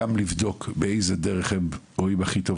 גם לבדוק באיזו דרך הם רואים הכי טובה